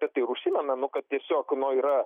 apie tai ir užsimena nu kad tiesiog no yra